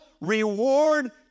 reward